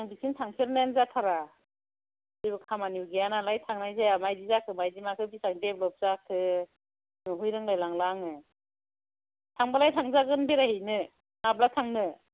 आं बिथिं थांफेरनायानो जाथारा जेबो खामानिबो गैया नालाय थांनाय जाया मादि जाखो मायदि माखो देब्लप जाखो नुहैरोंलायलांला आङो थांबालाय थांजागोन बेरायहैनो माब्ला थांनो